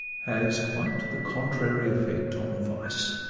has quite the contrary effect on vice.